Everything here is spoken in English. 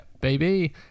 Baby